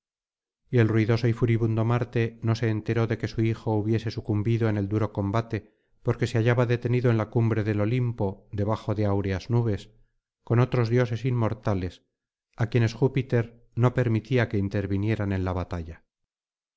y el ruidoso y furibundo marte no se enteró de que su hijo hubiese sucumbido en el duro combate porque se hallaba detenido en la cumbre del olimpo debajo de áureas nubes con otros dioses inmortales á quienes júpiter no permitía que intervinieran en la batalla